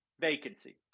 vacancy